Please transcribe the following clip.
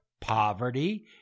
poverty